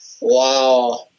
Wow